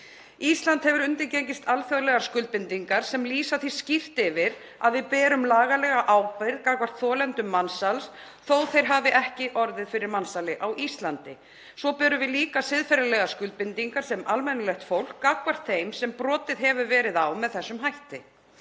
Ísland hefur undirgengist alþjóðlegar skuldbindingar sem lýsa því skýrt yfir að við berum lagalega ábyrgð gagnvart þolendum mansals þó að þeir hafi ekki orðið fyrir mansali á Íslandi. Svo berum við líka siðferðilegar skuldbindingar sem almennilegt fólk gagnvart þeim sem brotið hefur verið á með þessum hætti.